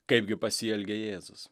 kaipgi pasielgė jėzus